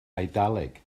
eidaleg